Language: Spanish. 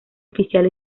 oficial